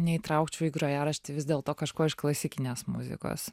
neįtraukčiau į grojaraštį vis dėlto kažko iš klasikinės muzikos